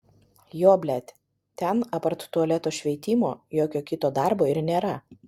jo blet ten apart tualeto šveitimo jokio kito darbo ir nėra